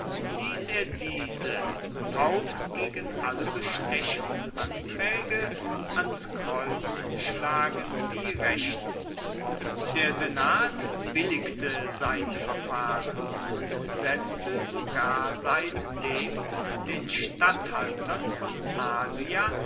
ließ er diese taub gegen alle bestechungsanträge ans kreuz schlagen wie rechtens der senat billigte sein verfahren und setzte sogar seitdem den statthaltern von asia